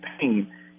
pain